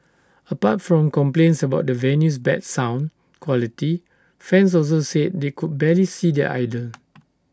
apart from complaints about the venue's bad sound quality fans also said they could barely see their idol